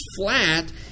flat